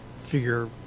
figure